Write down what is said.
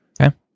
Okay